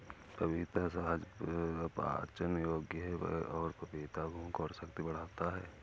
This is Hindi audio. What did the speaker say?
पपीता सहज पाचन योग्य है और पपीता भूख और शक्ति बढ़ाता है